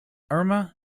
irma